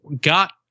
got